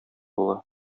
була